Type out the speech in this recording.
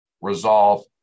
resolve